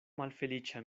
malfeliĉa